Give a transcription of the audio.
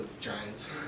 Giants